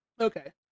Okay